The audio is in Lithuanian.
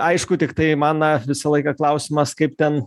aišku tiktai man visą laiką klausimas kaip ten